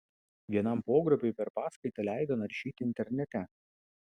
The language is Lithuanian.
vienam pogrupiui per paskaitą leido naršyti internete